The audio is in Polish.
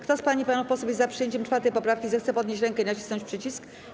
Kto z pań i panów posłów jest za przyjęciem 4. poprawki, zechce podnieść rękę i nacisnąć przycisk.